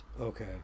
Okay